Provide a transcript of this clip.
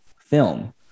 film